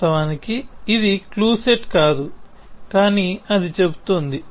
వాస్తవానికి ఇది clue set కాదు కానీ అది చెబుతోంది